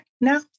now